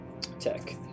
tech